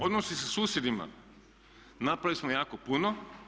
Odnosi sa susjedima napravili smo jako puno.